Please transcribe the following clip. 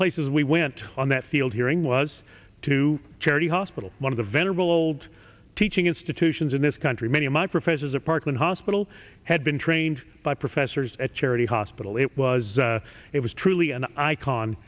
places we went on that field hearing was to charity hospital one of the venerable old teaching institutions in this country many of my professors a parkland hospital had been trained by professors at charity hospital it was it was truly an icon